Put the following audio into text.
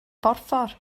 borffor